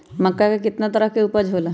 मक्का के कितना तरह के उपज हो ला?